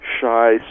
shy